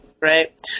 right